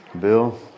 Bill